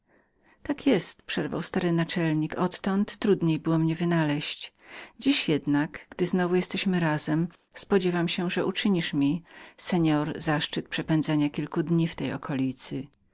tak jest odtąd przerwał stary naczelnik trudniej było mnie wynaleźć dziś jednak gdy znowu jesteśmy razem spodziewam się że uczynisz mi seor zaszczyt przepędzenia kilku dni w tem